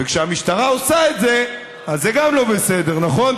וכשהמשטרה עושה את זה, אז גם זה לא בסדר, נכון?